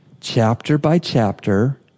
chapter-by-chapter